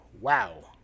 wow